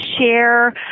share